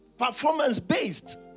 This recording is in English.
Performance-based